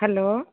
hello